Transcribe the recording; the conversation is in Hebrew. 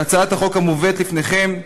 בהצעת החוק המובאת לפניכם,